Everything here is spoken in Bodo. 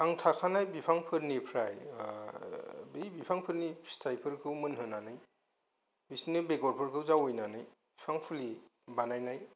आं थाखानाय बिफांफोरनिफ्राय ओ बै बिफांफोरनि फिथाइफोरखौ मोनहोनानै बिसोरनि बेगरफोरखौ जावैनानै फिफां फुलि बानायनाय